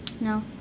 No